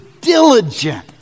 diligent